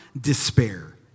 despair